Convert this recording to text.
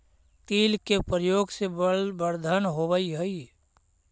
तिल के प्रयोग से बलवर्धन होवअ हई